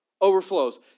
overflows